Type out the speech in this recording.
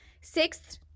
Sixth